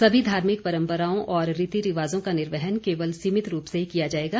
सभी धार्मिक परंपराओं और रीति रिवाजों का निर्वहन केवल सीमित रूप से किया जाएगा